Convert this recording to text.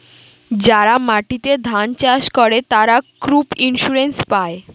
যারা মাটিতে ধান চাষ করে, তারা ক্রপ ইন্সুরেন্স পায়